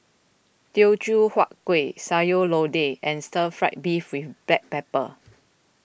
Teochew Huat Kueh Sayur Lodeh and Stir Fry Beef with Black Pepper